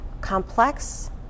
complex